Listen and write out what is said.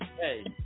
Hey